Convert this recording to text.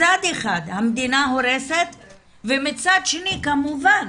מצד אחד המדינה הורסת ומצד שני כמובן